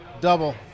Double